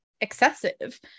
excessive